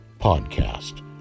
podcast